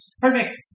Perfect